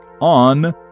on